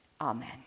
Amen